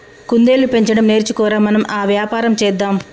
కుందేళ్లు పెంచడం నేర్చుకో ర, మనం ఆ వ్యాపారం చేద్దాం